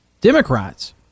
Democrats